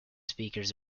speakers